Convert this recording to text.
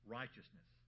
righteousness